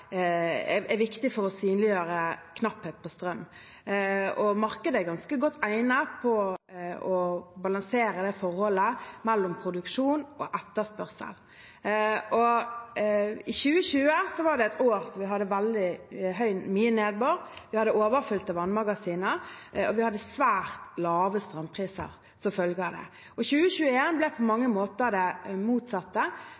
er viktige for å synliggjøre knapphet på strøm, og markedet er ganske godt egnet til å balansere forholdet mellom produksjon og etterspørsel. 2020 var et år der vi hadde veldig mye nedbør, vi hadde overfylte vannmagasiner, og vi hadde svært lave strømpriser som følge av det. 2021 ble på